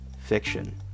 Fiction